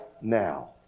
now